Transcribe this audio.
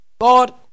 God